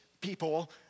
people